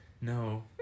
No